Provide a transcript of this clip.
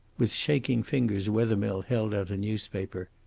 with shaking fingers wethermill held out a newspaper.